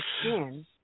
skin